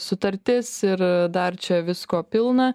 sutartis ir dar čia visko pilna